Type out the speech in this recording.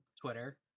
Twitter